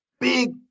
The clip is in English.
big